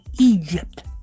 Egypt